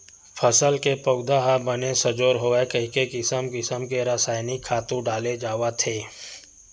फसल के पउधा ह बने सजोर होवय कहिके किसम किसम के रसायनिक खातू डाले जावत हे